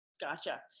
Gotcha